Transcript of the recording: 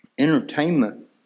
Entertainment